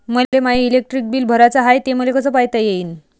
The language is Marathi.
मले माय इलेक्ट्रिक बिल भराचं हाय, ते मले कस पायता येईन?